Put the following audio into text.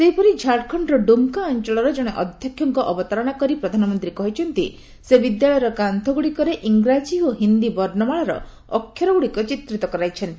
ସେହିପରି ଝାଡ଼ଖଣ୍ଡର ଡୁମ୍କା ଅଞ୍ଚଳର କଣେ ଅଧ୍ୟକ୍ଷକଙ୍କ ଅବତାରଣା କରି ପ୍ରଧାନମନ୍ତ୍ରୀ କହିଛନ୍ତି ସେ ବିଦ୍ୟାଳୟର କାନ୍ତୁଗୁଡ଼ିକରେ ଇଂରାଜୀ ଓ ହିନ୍ଦୀ ବର୍ଷ୍ଣମାଳାର ଅକ୍ଷରଗୁଡ଼ିକ ଚିତ୍ରିତ କରାଇଛନ୍ତି